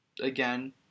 again